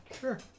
Sure